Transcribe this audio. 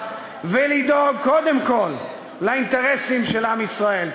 ולדאוג קודם כול לאינטרסים של עם ישראל.